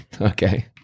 Okay